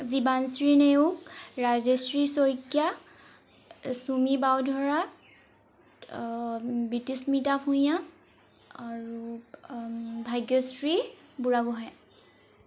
জীৱাশ্ৰী নেউগ ৰাজশ্ৰী শইকীয়া চুমি বাউধৰা বিদিস্মিতা ভূঞা আৰু ভাগ্যশ্ৰী বুঢ়াগোহাঁই